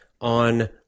on